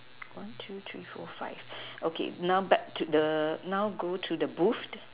one two three four five okay now back to the now go to the booth